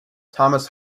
thomas